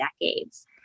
decades